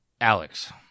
Alex